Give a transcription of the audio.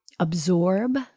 absorb